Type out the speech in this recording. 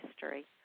history